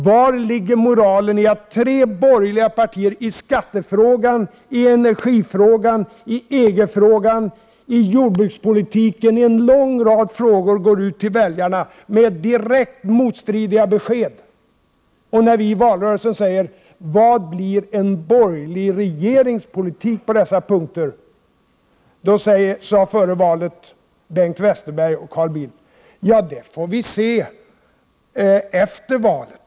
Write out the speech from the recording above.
Vari ligger moralen att tre borgerliga partier i skattefrågan, energifrågan, EG-frågan, jordbrukspolitiken och i en lång rad andra frågor går ut till väljarna med direkt motstridiga besked? När vi i valrörelsen frågade vad en borgerlig regerings politik skulle bli på dessa punkter, svarade Bengt Westerberg och Carl Bildt före valet att det få vi se efter valet.